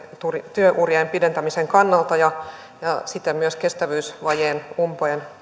työurien pidentämisen kannalta ja siten myös kestävyysvajeen umpeen